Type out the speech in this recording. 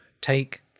take